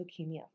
leukemia